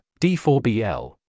D4BL